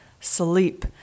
sleep